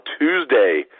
Tuesday